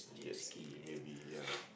jet ski maybe ya